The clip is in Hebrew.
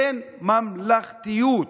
אין ממלכתיות.